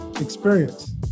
experience